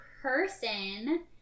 person